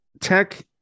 tech